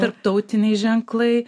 tarptautiniai ženklai